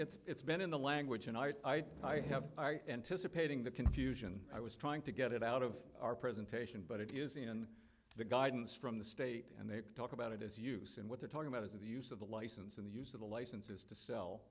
not it's been in the language and i i have anticipating the confusion i was trying to get it out of our presentation but it is in the guidance from the state and they talk about it as use and what they're talking about is the use of the license and the use of the licenses to sell